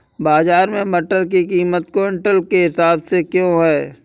बाजार में मटर की कीमत क्विंटल के हिसाब से क्यो है?